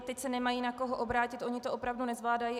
Teď se nemají na koho obrátit, oni to opravdu nezvládají.